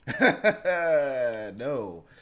no